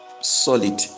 solid